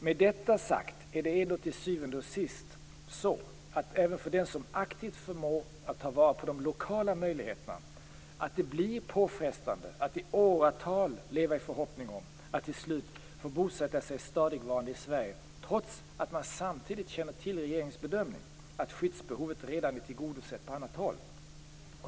Med detta sagt är det ändå till syvende och sist så, även för den som aktivt förmår att ta vara på de lokala möjligheterna, att det blir påfrestande att i åratal leva i förhoppning om att till slut få bosätta sig stadigvarande i Sverige trots att man samtidigt känner till regeringens bedömning att skyddsbehovet redan är tillgodosett på annat håll.